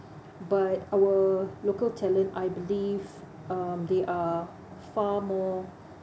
but our local talent I believe um they are far more